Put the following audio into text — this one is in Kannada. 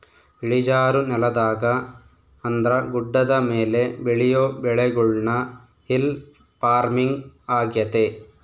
ಇಳಿಜಾರು ನೆಲದಾಗ ಅಂದ್ರ ಗುಡ್ಡದ ಮೇಲೆ ಬೆಳಿಯೊ ಬೆಳೆಗುಳ್ನ ಹಿಲ್ ಪಾರ್ಮಿಂಗ್ ಆಗ್ಯತೆ